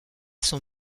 son